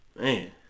Man